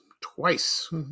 twice